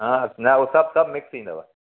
न न हू सभु सभु मिक्स थींदव